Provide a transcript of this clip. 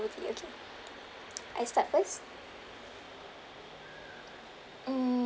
~ble tea okay I start first mm